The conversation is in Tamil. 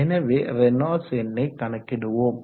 எனவே ரேனால்ட்ஸ் எண்ணை கணக்கிடுவோம்